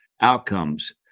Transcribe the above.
outcomes